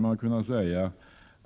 Man har